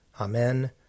Amen